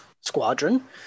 squadron